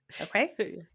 okay